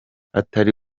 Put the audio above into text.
atari